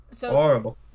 Horrible